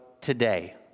today